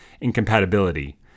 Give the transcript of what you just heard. incompatibility